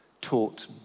taught